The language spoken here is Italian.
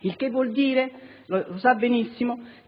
La conseguenza di